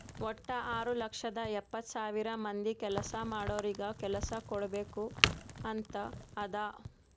ವಟ್ಟ ಆರ್ ಲಕ್ಷದ ಎಪ್ಪತ್ತ್ ಸಾವಿರ ಮಂದಿ ಕೆಲ್ಸಾ ಮಾಡೋರಿಗ ಕೆಲ್ಸಾ ಕುಡ್ಬೇಕ್ ಅಂತ್ ಅದಾ